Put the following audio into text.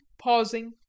pausing